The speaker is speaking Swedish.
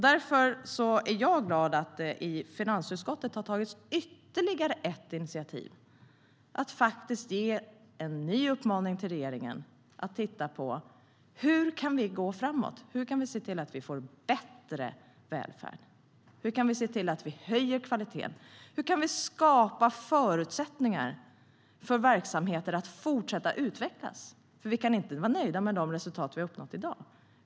Därför är jag glad att det i finansutskottet har tagits ytterligare ett initiativ: en ny uppmaning till regeringen att titta på hur vi kan gå framåt och se till att vi får bättre välfärd, höjer kvaliteten och skapar förutsättningar för verksamheter att fortsätta utvecklas. Vi kan inte vara nöjda med de resultat vi uppnått.